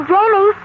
Jamie